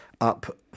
up